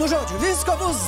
nu žodžiu visko bus daug